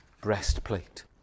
breastplate